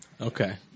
Okay